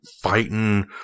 fighting